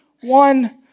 one